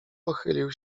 pochylił